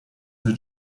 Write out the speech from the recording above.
the